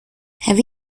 have